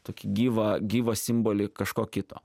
tokį gyvą gyvą simbolį kažko kito